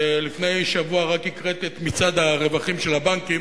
לפני שבוע רק הקראתי את מצעד הרווחים של הבנקים.